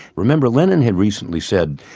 remember lenin had recently said,